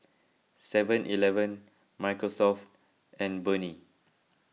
Seven Eleven Microsoft and Burnie